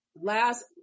last